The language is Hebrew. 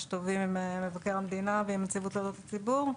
טובים עם מבקר המדינה ועם נציבות תלונות הציבור.